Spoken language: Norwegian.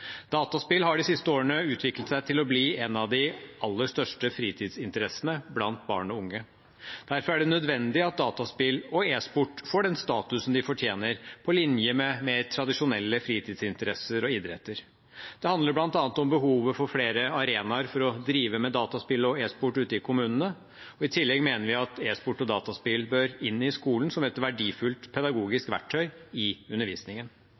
Dataspill har de siste årene utviklet seg til å bli en av de aller største fritidsinteressene blant barn og unge. Derfor er det nødvendig at dataspill og e-sport får den statusen de fortjener, på linje med mer tradisjonelle fritidsinteresser og idretter. Det handler bl.a. om behovet for flere arenaer for å drive med dataspill og e-sport ute i kommunene. I tillegg mener vi at e-sport og dataspill bør inn i skolen som et verdifullt pedagogisk verktøy i undervisningen.